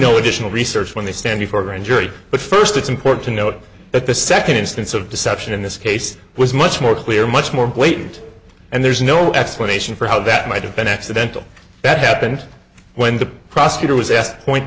no additional research when they stand before a grand jury but first it's important to note that the second instance of deception in this case was much more clear much more blatant and there's no explanation for how that might have been accidental that happened when the prosecutor was a